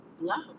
love